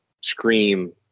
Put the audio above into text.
scream